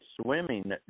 swimming